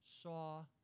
saw